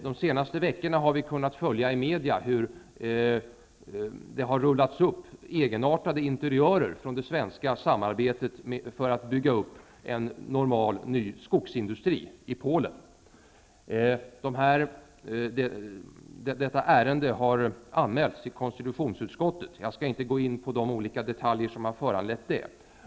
De senaste veckorna har vi ju i media kunnat följa hur egenartade interiörer från det svenska samarbetet när det gällt att bygga upp en normal ny skogsindustri i Polen har rullats upp. Detta ärende har anmälts till konstitutionsutskottet. Jag skall inte gå in på de olika detaljer som har föranlett att så skett.